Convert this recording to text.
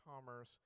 commerce